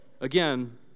again